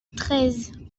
treize